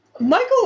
Michael